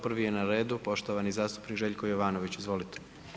Prvi je na redu poštovani zastupnik Željko Jovanović, izvolite.